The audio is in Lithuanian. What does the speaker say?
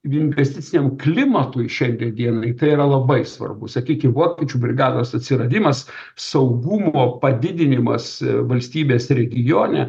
investiciniam klimatui šiandien dienai tai yra labai svarbu sakykim vokiečių brigados atsiradimas saugumo padidinimas valstybės regione